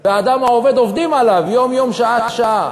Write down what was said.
והאדם העובד, עובדים עליו יום-יום, שעה-שעה.